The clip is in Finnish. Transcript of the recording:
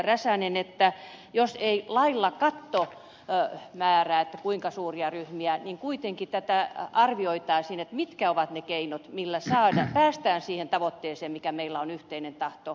räsänen että jos ei lailla katto määrää kuinka suuria ryhmiä on niin kuitenkin tätä arvioitaisiin mitkä ovat ne keinot millä päästään siihen tavoitteeseen mikä meillä on yhteinen tahto